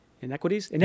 inequities